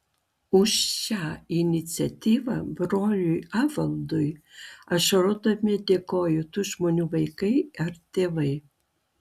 už šią iniciatyvą broliui evaldui ašarodami dėkojo tų žmonių vaikai ar tėvai